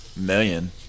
Million